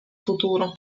futuro